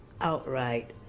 outright